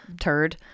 turd